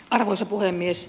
arvoisa puhemies